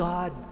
God